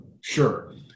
Sure